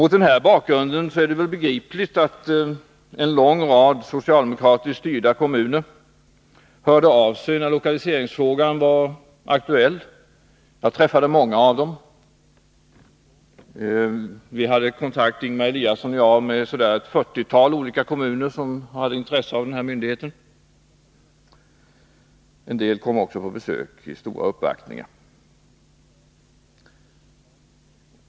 Mot denna bakgrund är det begripligt att en lång rad socialdemokratiskt styrda kommuner hörde av sig när lokaliseringsfrågan var aktuell. Jag träffade många av dem. Ingemar Eliasson och jag hade kontakt med ett fyrtiotal olika kommuner som hade intresse av denna myndighet. En del kom också på besök med stora uppvaktningar.